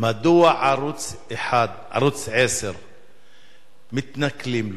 מדוע ערוץ-10 מתנכלים לו,